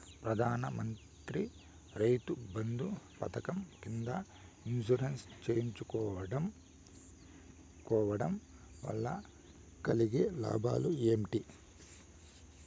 ప్రధాన మంత్రి రైతు బంధు పథకం కింద ఇన్సూరెన్సు చేయించుకోవడం కోవడం వల్ల కలిగే లాభాలు ఏంటి?